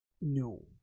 no